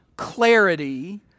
Clarity